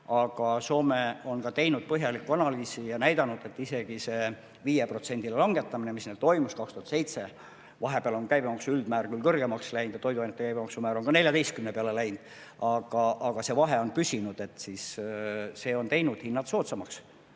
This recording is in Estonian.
Aga Soome on teinud põhjaliku analüüsi ja näidanud, et isegi see 5%-line langetamine, mis neil toimus 2007 – vahepeal on käibemaksu üldmäär küll kõrgemaks läinud ja toiduainete käibemaksu määr on 14 peale läinud, aga see vahe on püsinud –, on teinud hinnad kauplustes